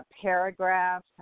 paragraph